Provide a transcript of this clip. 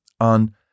on